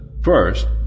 First